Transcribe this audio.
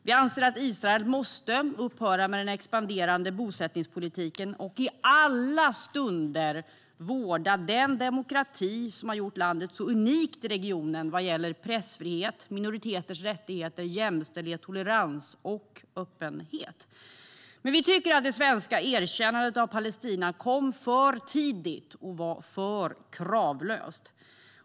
Vi anser att Israel måste upphöra med den expanderande bosättningspolitiken och i alla stunder vårda den demokrati som har gjort landet så unikt i regionen vad gäller pressfrihet, minoriteters rättigheter, jämställdhet, tolerans och öppenhet. Vi tycker att det svenska erkännandet av Palestina kom för tidigt och var för kravlöst.